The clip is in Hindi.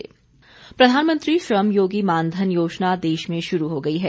मानधन योजना प्रधानमंत्री श्रम योगी मानधन योजना देश में शुरू हो गई है